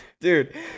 Dude